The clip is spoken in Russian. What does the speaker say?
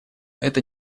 это